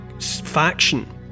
faction